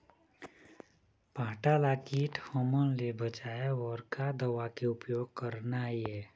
भांटा ला कीट हमन ले बचाए बर का दवा के उपयोग करना ये?